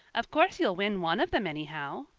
of course you'll win one of them anyhow,